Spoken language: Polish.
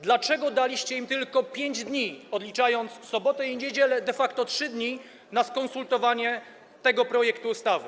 Dlaczego daliście im tylko 5 dni, a odliczając sobotę i niedzielę, de facto 3 dni na skonsultowanie tego projektu ustawy?